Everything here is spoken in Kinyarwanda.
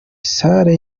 salle